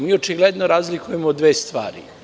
Mi očigledno razlikujemo dve stvari.